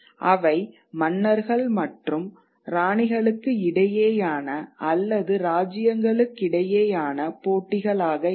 அவை மன்னர்கள் மற்றும் ராணிகளுக்கு இடையேயான அல்லது இராச்சியங்களுக்கிடையேயான போட்டிகளாக இல்லை